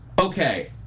okay